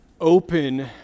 open